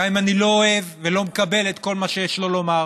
גם אם אני לא אוהב ולא מקבל את כל מה שיש לו לומר.